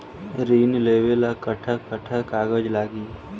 ऋण लेवेला कट्ठा कट्ठा कागज लागी?